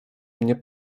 mnie